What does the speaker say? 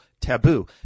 Taboo